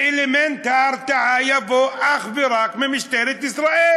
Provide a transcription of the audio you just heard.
ואלמנט ההרתעה יבוא אך ורק ממשטרת ישראל.